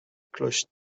cloche